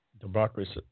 democracy